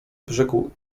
brzegu